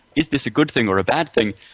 is this a good thing or a bad thing?